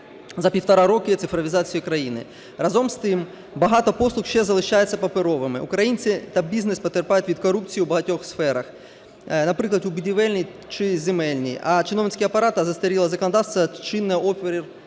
за півтора роки цифровізації країни. Разом з тим багато послуг ще залишаються паперовими, українці та бізнес потерпають від корупції в багатьох сферах, наприклад, у будівельній чи земельній. А чиновницький апарат, а застаріле законодавство чине опір